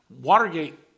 Watergate